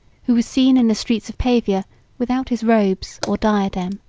who was seen in the streets of pavia without his robes or diadem,